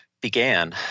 began